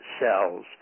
cells